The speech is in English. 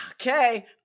Okay